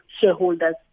shareholders